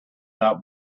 out